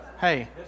hey